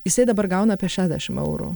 jisai dabar gauna apie šešdešim eurų